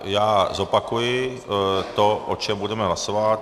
Já zopakuji to, o čem budeme hlasovat.